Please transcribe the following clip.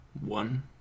One